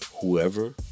Whoever